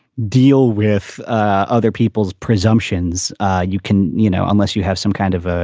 deal with other people's presumptions you can. you know, unless you have some kind of ah